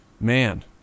Man